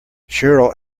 cheryl